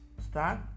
start